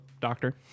doctor